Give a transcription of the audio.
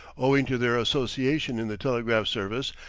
owing to their association in the telegraph-service,